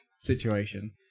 situation